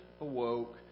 awoke